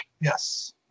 Yes